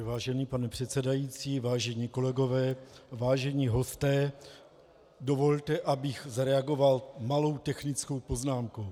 Vážený pane předsedající, vážení kolegové, vážení hosté, dovolte, abych zareagoval malou technickou poznámkou.